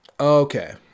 Okay